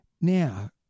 Now